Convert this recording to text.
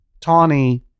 Tawny